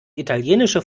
italienische